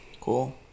Cool